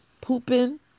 pooping